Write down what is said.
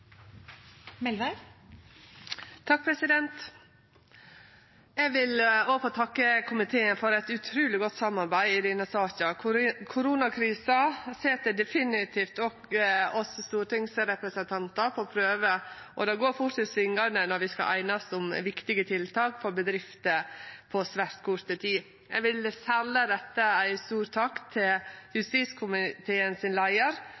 Eg vil òg få takke komiteen for eit utruleg godt samarbeid i denne saka. Koronakrisa set definitivt òg oss stortingsrepresentantar på prøve, og det går fort i svingane når vi skal einast om viktige tiltak for bedrifter, på svært kort tid. Eg vil særleg rette ei stor takk til